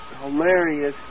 hilarious